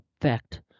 effect